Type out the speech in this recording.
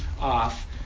off